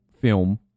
film